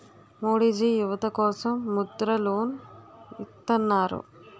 మోడీజీ యువత కోసం ముద్ర లోన్ ఇత్తన్నారు